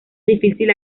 difícil